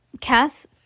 Cass